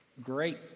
great